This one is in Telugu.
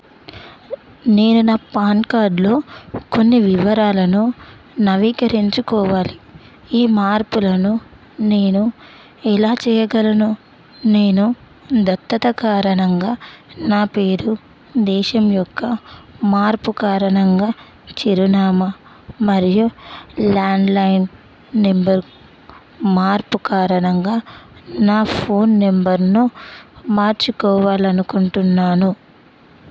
నేను నా పాన్ కార్డ్లో కొన్ని వివరాలను నవీకరించుకోవాలి ఈ మార్పులను నేను ఎలా చేయగలను నేను దత్తత కారణంగా నా పేరు దేశం యొక్క మార్పు కారణంగా చిరునామా మరియు ల్యాండ్లైన్ నెంబర్ మార్పు కారణంగా నా ఫోన్ నెంబర్ను మార్చుకోవాలి అనుకుంటున్నాను